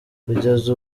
kugeza